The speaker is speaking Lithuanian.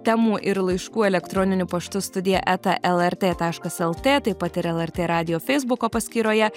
temų ir laiškų elektroniniu paštu studija eta lrt taškas lt taip pat ir lrt radijo feisbuko paskyroje